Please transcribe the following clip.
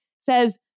says